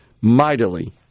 mightily